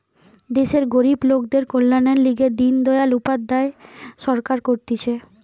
দেশের গরিব লোকদের কল্যাণের লিগে দিন দয়াল উপাধ্যায় সরকার করতিছে